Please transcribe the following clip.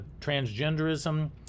transgenderism